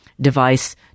device